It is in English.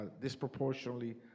disproportionately